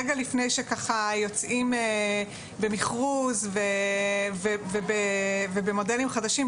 רגע לפני שככה יוצאים במכרוז ובמודלים חדשים,